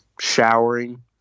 showering